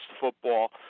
football